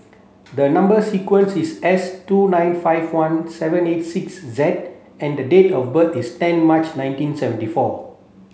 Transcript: the number sequence is S two nine five one seven eight six Z and the date of birth is ten March ninety seven four